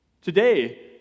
Today